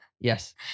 Yes